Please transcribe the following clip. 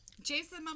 Jason